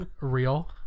real